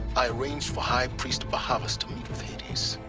i arranged for high priest bahavas to meet with hades.